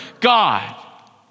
God